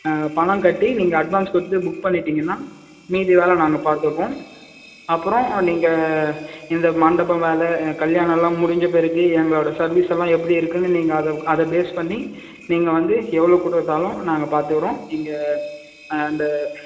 பணம் கட்டி நீங்கள் அட்வான்ஸ் கொடுத்து புக் பண்ணிட்டிங்கன்னால் மீதி வேலை நாங்கள் பார்த்துக்குக்கவோம் அப்புறம் நீங்கள் இந்த மண்டபம் வேலை கல்யாணமெல்லாம் முடிஞ்ச பிறகு எங்களோடய சர்வீஸ் எல்லாம் எப்படி இருக்குன்னு நீங்கள் அதை அதை பேஸ் பண்ணி நீங்கள் வந்து எவ்வளோ கொடுத்தாலும் நாங்கள் பார்த்துக்குறோம் நீங்கள் அந்த